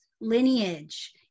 lineage